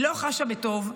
היא לא חשה בטוב,